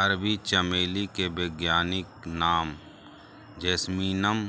अरबी चमेली के वैज्ञानिक नाम जैस्मीनम